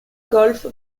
golf